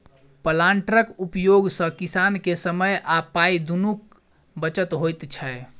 प्लांटरक उपयोग सॅ किसान के समय आ पाइ दुनूक बचत होइत छै